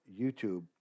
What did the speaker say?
YouTube